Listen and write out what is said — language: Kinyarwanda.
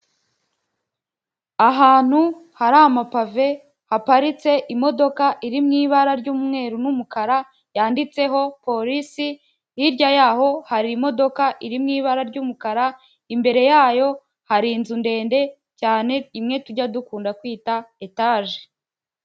Ahantu hari ama pave haparitse imodoka iri mu ibara ry'umweru n'umukara yanditseho polisi, hirya yaho hari imodoka iri mu ibara ry'umukara imbere yayo hari inzu ndende cyane imwe tujya dukunda kwita etaje.